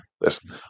listen